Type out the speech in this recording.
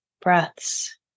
breaths